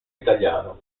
italiano